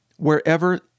Wherever